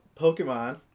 Pokemon